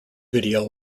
video